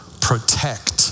protect